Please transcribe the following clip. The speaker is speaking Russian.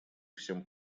всем